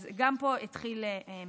אז גם פה התחיל מחקר.